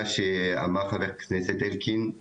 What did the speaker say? מה שאמר חבר הכנסת אלקין,